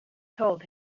told